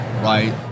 right